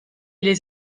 les